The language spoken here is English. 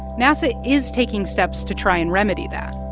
nasa is taking steps to try and remedy that.